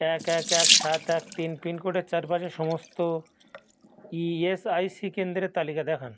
এক এক এক সাত এক তিন পিনকোডের চারপাশে সমস্ত ই এস আই সি কেন্দ্রের তালিকা দেখান